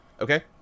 Okay